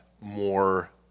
more